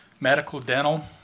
Medical-dental